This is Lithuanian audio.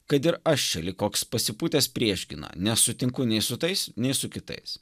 kad ir aš čia lyg koks pasipūtęs prieškina nesutinku nei su tais nei su kitais